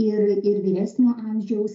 ir ir vyresnio amžiaus